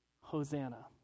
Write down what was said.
Hosanna